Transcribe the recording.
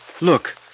look